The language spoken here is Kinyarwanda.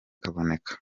kaboneka